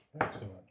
Excellent